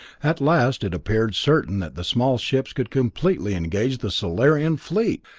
at last it appeared certain that the small ships could completely engage the solarian fleet!